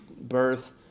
birth